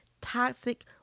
toxic